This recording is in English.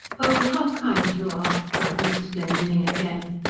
oh, how kind you are! cried mrs. glendinning again.